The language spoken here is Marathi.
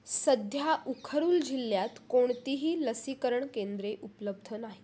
सध्या उखरुल जिल्ह्यात कोणतीही लसीकरण केंद्रे उपलब्ध नाहीत